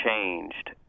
changed